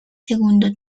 segundo